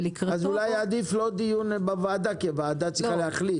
אולי עדיף לא דיון בוועדה כי הוועדה צריכה להחליט.